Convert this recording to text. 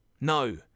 No